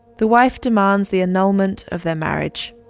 the wife demands the annulment of their marriage.